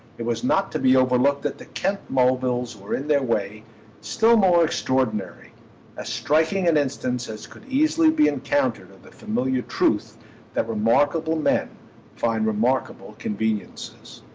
it was not to be overlooked that the kent mulvilles were in their way still more extraordinary as striking an instance as could easily be encountered of the familiar truth that remarkable men find remarkable conveniences.